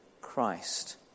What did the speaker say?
Christ